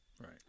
Right